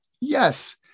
Yes